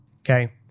Okay